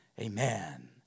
amen